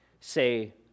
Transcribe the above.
Say